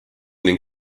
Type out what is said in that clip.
ning